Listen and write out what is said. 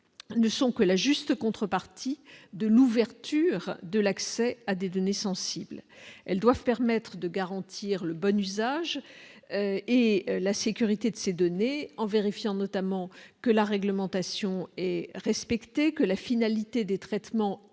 ne sont que la juste contrepartie de l'ouverture de l'accès à des données sensibles, elles doivent permettre de garantir le bon usage et la sécurité de ces données, en vérifiant notamment que la réglementation est respectée que la finalité des traitements